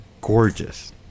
gorgeous